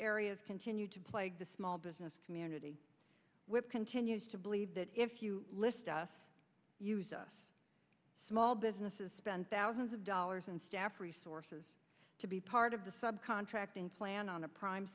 areas continue to plague the small business community with continues to believe that if you list us use us small businesses spend thousands of dollars and staff resources to be part of the sub contracting plan on a prime